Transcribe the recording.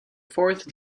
fourth